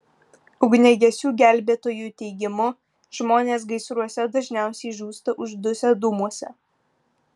ugniagesių gelbėtojų teigimu žmonės gaisruose dažniausiai žūsta uždusę dūmuose